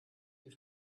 die